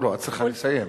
לא, את צריכה לסיים.